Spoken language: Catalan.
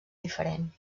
diferent